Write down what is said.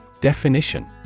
Definition